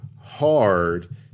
hard